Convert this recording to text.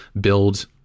build